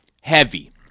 Heavy